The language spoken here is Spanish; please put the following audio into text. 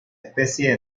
especie